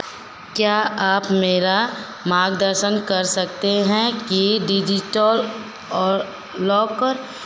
क्या आप मेरा मार्गदर्शन कर सकते हैं कि डिज़िटल और लॉकर